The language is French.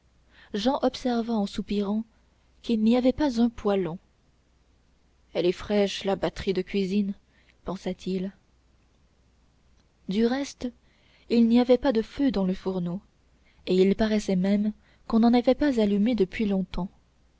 jehan observa en soupirant qu'il n'y avait pas un poêlon elle est fraîche la batterie de cuisine pensa-t-il du reste il n'y avait pas de feu dans le fourneau et il paraissait même qu'on n'en avait pas allumé depuis longtemps